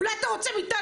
אני הלכתי לראות מה זה,